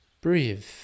Breathe